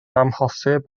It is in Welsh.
amhosib